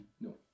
No